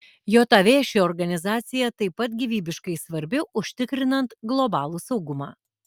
jav ši organizacija taip pat gyvybiškai svarbi užtikrinant globalų saugumą